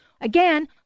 again